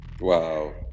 Wow